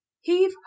heave